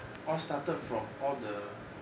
all started from all the